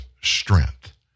strength